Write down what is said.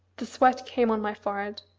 the sweat came on my forehead.